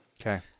Okay